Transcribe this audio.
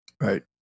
Right